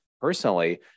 personally